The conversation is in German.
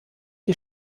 die